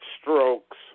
strokes